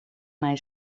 mijn